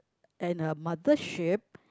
and a mother sheep